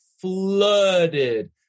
flooded